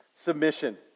Submission